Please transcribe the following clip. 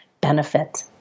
benefit